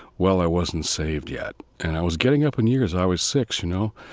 well, i wasn't saved yet. and i was getting up in years, i was six, you know?